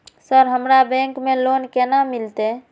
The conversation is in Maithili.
सर हमरा बैंक से लोन केना मिलते?